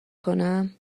کنم